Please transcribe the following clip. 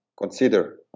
consider